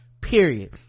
period